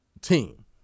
team